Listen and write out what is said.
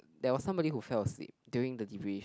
there was somebody who fell asleep during the debrief